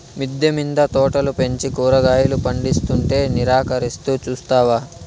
మిద్దె మింద తోటలు పెంచి కూరగాయలు పందిస్తుంటే నిరాకరిస్తూ చూస్తావా